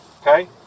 Okay